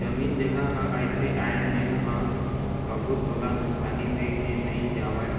जमीन जघा ह अइसे आय जेन ह कभू तोला नुकसानी दे के नई जावय